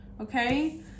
okay